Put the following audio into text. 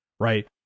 Right